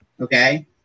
Okay